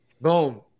boom